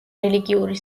რელიგიური